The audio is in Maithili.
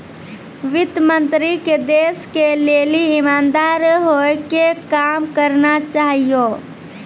वित्त मन्त्री के देश के लेली इमानदार होइ के काम करना चाहियो